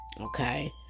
Okay